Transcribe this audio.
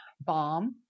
bomb